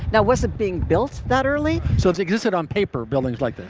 now wasn't being built that early. so it's existed on paper, buildings like this.